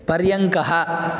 पर्यङ्कः